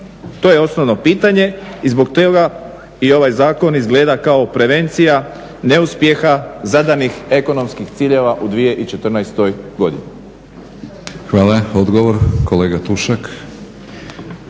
To je osnovno pitanje i zbog toga i ovaj zakon izgleda kao prevencija neuspjeha, zadanih ekonomskih ciljeva u 2014. godini.